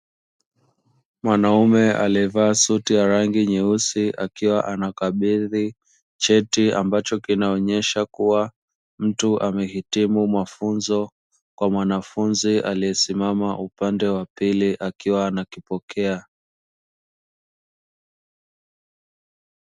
Mwanaume aliyevaa suti ya rangi nyeusi akiwa anakabidhi cheti ambacho kinaonyesha kuwa mtu amehitimu mafunzo kwa mwanafunzi aliyesimama upande wa pili akiwa anakipokea.